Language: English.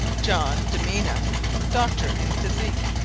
john de mena doctor in physicke.